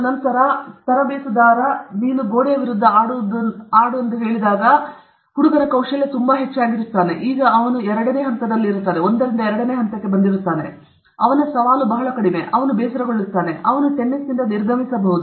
ಎರಡು ತಿಂಗಳ ನಂತರ ತರಬೇತುದಾರ ನೀವು ಗೋಡೆಯ ವಿರುದ್ಧ ಆಡುವರು ಎಂದು ಹೇಳಿದರೆ ನಂತರ ಅವರ ಕೌಶಲ್ಯ ತುಂಬಾ ಹೆಚ್ಚಾಗಿರುತ್ತದೆ ಅವರ ಸವಾಲು ಬಹಳ ಕಡಿಮೆ ಅವನು ಬೇಸರಗೊಳ್ಳುತ್ತಾನೆ ಮತ್ತು ಅವನು ಟೆನಿಸ್ನಿಂದ ನಿರ್ಗಮಿಸಬಹುದು